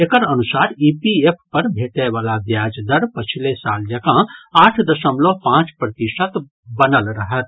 एकर अनुसार ईपीएफ पर भेटय वला ब्याज दर पछिले साल जकां आठ दशमलव पांच प्रतिशत बनल रहत